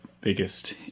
biggest